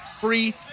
free